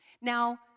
Now